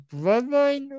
Bloodline